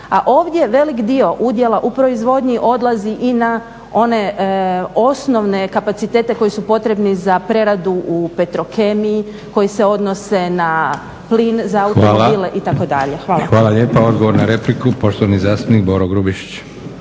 A ovdje velik dio udjela u proizvodnji odlazi i na one osnovne kapacitete koji su potrebni za preradu u Petrokemiji koji se odnose na plin za automobil itd. Hvala. **Leko, Josip (SDP)** Hvala lijepa. Odgovor na repliku poštovani zastupnik Boro Grubišić.